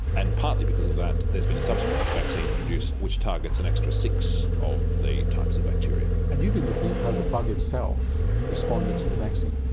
and partly because of that there's been a subsequent vaccine introduced which targets an extra six of the types of bacteria. and you've been looking at how the bug itself responded to the vaccine.